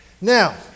Now